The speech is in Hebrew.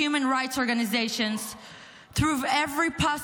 but only if you're not a Jew. For the past year,